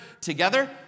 together